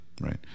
right